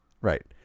Right